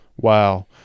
wow